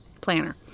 Planner